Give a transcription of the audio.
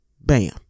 Bam